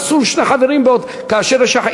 אסור שני חברים כאשר יש אחרים.